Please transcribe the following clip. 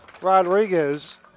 Rodriguez